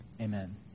Amen